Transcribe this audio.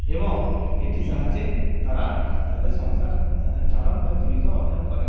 এবং এটির সাহায্যে তারা তাদের সংসার চালান বা জীবিকা অর্জন করেন